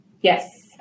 Yes